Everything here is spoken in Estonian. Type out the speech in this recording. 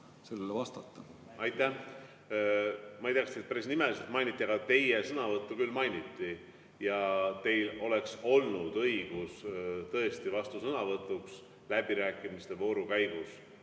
Aitäh! Ma ei tea, kas teid päris nimeliselt mainiti, aga teie sõnavõttu küll mainiti ja teil oleks olnud õigus tõesti vastusõnavõtuks läbirääkimiste vooru käigus.